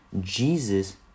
jesus